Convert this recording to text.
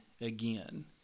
again